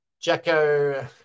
Jacko